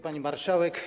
Pani Marszałek!